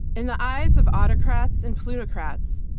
in the eyes of autocrats and plutocrats,